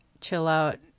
chill-out